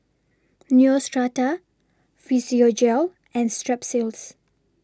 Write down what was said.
Neostrata Physiogel and Strepsils